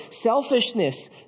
Selfishness